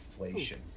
inflation